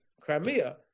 Crimea